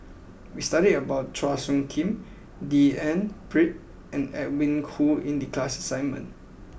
we studied about Chua Soo Khim D N Pritt and Edwin Koo in the class assignment